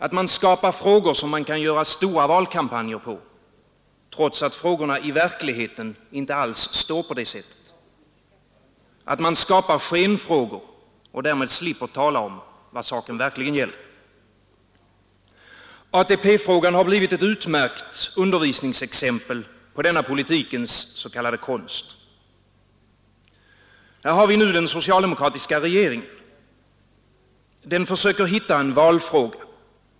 Att man skapar frågor, som man kan göra stora valkampanjer på, trots att frågorna i verkligheten inte alls står på det sättet. Att man skapar skenfrågor och därmed slipper tala om vad saken verkligen gäller. ATP-frågan har blivit ett utmärkt undervisningsexempel på denna politikens s.k. konst. Här har vi nu den socialdemokratiska regeringen. Den försöker hitta en valfråga.